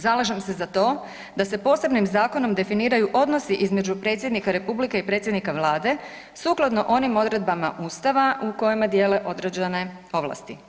Zalažem se za to da se posebnim zakonom definiraju odnosi između Predsjednika Republike i predsjednika Vlade sukladno onim odredbama Ustava u kojima dijele određene ovlasti.